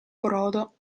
brodo